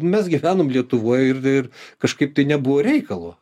mes gyvenom lietuvoj ir kažkaip tai nebuvo reikalo